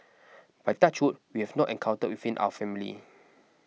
but touch wood we have not encountered within our family